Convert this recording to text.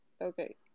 Okay